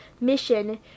mission